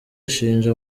ashinja